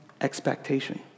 expectation